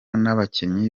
n’abakinnyi